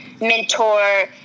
mentor